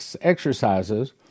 exercises